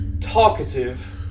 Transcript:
talkative